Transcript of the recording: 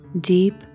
deep